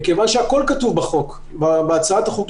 הכול כתוב בהצעת החוק,